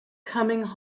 coming